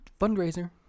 Fundraiser